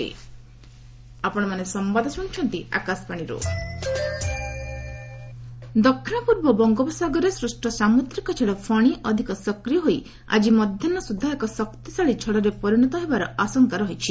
cyclone ଦକ୍ଷିଣ ପୂର୍ବ ବଙ୍ଗୋପସାଗରରେ ସ୍ନୁଷ୍ଟ ସାମୁଦ୍ରିକ ଝଡ଼ 'ଫନୀ' ଅଧିକ ସକ୍ରିୟ ହୋଇ ଆଜି ମଧ୍ୟାହ୍ନ ସୁଦ୍ଧା ଏକ ଶକ୍ତିଶାଳୀ ଝଡ଼ରେ ପରିଣତ ହେବାର ଆଶଙ୍କା ରହିଛି